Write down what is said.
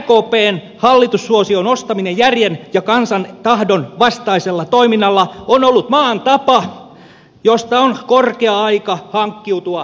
rkpn hallitussuosion nostaminen järjen ja kansan tahdon vastaisella toiminnalla on ollut maan tapa josta on korkea aika hankkiutua eroon